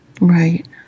Right